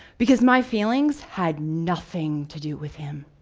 because my feelings had nothing to do with him.